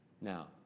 Now